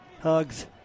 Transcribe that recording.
hugs